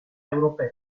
europea